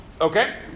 Okay